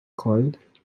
called